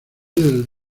del